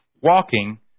walking